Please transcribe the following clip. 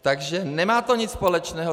Takže nemá to nic společného.